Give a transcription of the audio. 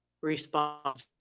response